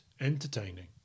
entertaining